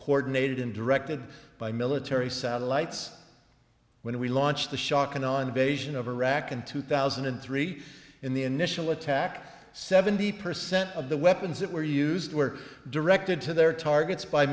coordinated and directed by military satellites when we launched the shock and awe in beijing over iraq in two thousand and three in the initial attack seventy percent of the weapons that were used were directed to their targets by